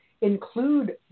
include